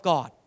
God